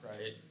right